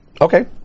Okay